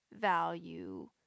value